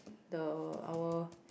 the our